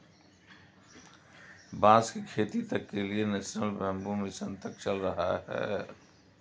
बांस की खेती तक के लिए नेशनल बैम्बू मिशन तक चल रहा है